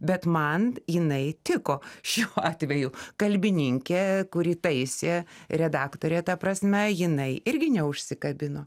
bet man jinai tiko šiuo atveju kalbininkė kuri taisė redaktorė ta prasme jinai irgi neužsikabino